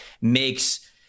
makes –